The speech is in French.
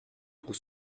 pour